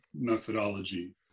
methodology